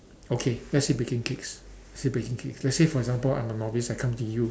okay let's say baking cakes say baking cakes let's say for example I'm a novice I come toyou